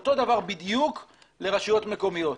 אותו דבר בדיוק לרשויות מקומיות.